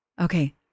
Okay